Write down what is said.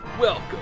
Welcome